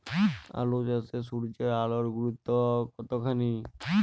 আলু চাষে সূর্যের আলোর গুরুত্ব কতখানি?